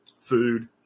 food